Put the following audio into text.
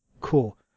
cool